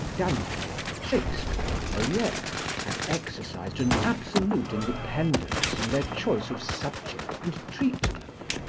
dante, shakespeare, moliere, had exercised an absolute independence in their choice of subject and treatment.